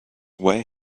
where